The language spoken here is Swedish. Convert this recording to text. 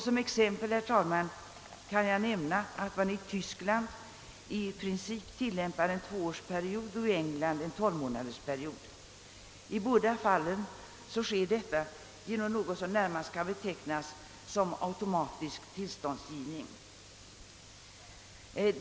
Som exempel kan jag nämna att man i Tyskland i princip tillämpar en tvåårsperiod och i England en tolvmånadersperiod. Det sker i båda fallen genom något som närmast kan betecknas som automatisk tillståndsgivning.